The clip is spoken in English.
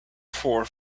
for